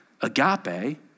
Agape